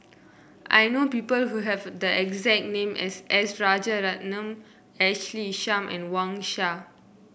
I know people who have the exact name as S Rajaratnam Ashley Isham and Wang Sha